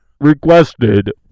requested